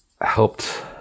helped